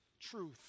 truth